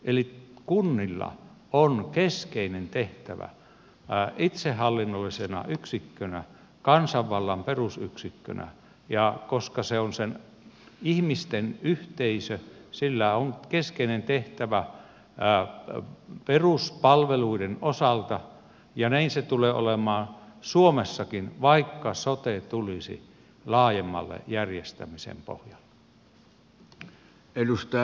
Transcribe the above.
eli kunnilla on keskeinen tehtävä itsehallinnollisena yksikkönä kansanvallan perusyksikkönä ja koska se on ihmisten yhteisö sillä on keskeinen tehtävä peruspalveluiden osalta ja näin se tulee olemaan suomessakin vaikka sote tulisi laajemmalle järjestämisen pohjalle